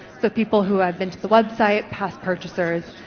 so people who have been to the website, past purchasers,